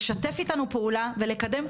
לשתף איתנו פעולה ולקדם,